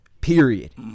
Period